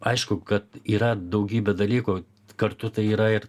aišku kad yra daugybė dalykų kartu tai yra ir